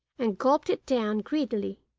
and gulped it down greedily,